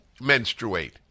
menstruate